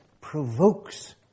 provokes